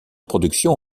production